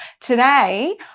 Today